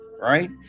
right